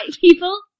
people